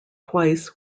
twice